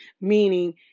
meaning